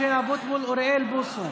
משה אבוטבול ואוריאל בוסו,